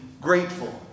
grateful